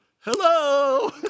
hello